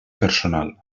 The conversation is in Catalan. personal